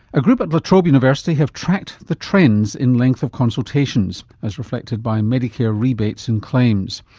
a group at la trobe university have tracked the trends in length of consultations, as reflected by medicare rebates and claims.